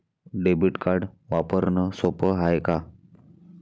Debit card वापरणं सोप हाय का?